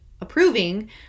approving